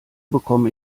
bekomme